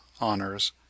honors